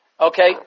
Okay